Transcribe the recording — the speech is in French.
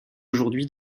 aujourd’hui